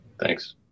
Thanks